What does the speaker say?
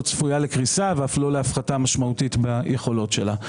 צפויה לקרוס ואף לא להפחתה משמעותית ביכולות שלה.